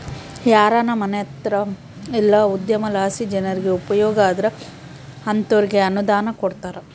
ಯಾರಾನ ಮನ್ಸೇತ ಇಲ್ಲ ಉದ್ಯಮಲಾಸಿ ಜನ್ರಿಗೆ ಉಪಯೋಗ ಆದ್ರ ಅಂತೋರ್ಗೆ ಅನುದಾನ ಕೊಡ್ತಾರ